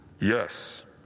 Yes